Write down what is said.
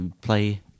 play